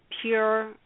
pure